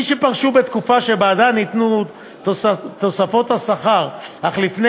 מי שפרשו בתקופה שבה עדיין ניתנו תוספות השכר אך לפני